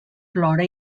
plora